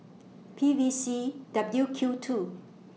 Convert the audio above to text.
P V C W Q two